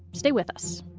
stay with us